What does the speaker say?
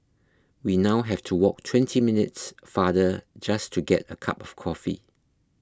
we now have to walk twenty minutes farther just to get a cup of coffee